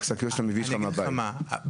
תקנה 2 קוטג' וחלב,